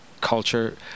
culture